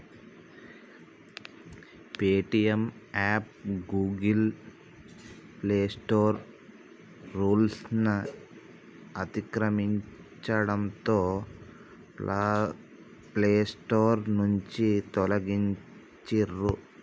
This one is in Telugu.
పేటీఎం యాప్ గూగుల్ ప్లేస్టోర్ రూల్స్ను అతిక్రమించడంతో ప్లేస్టోర్ నుంచి తొలగించిర్రు